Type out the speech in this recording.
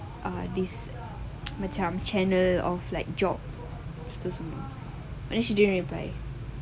this macam channel of jobs itu semua and then she didn't reply